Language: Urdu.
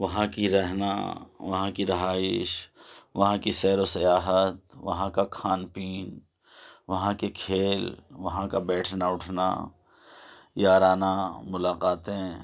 وہاں کی رہنا وہاں کی رہائش وہاں کی سیر وسیاحت وہاں کا کھان پان وہاں کے کھیل وہاں کا بیٹھنا اٹھنا یارانہ ملاقاتیں